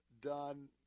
done